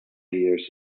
years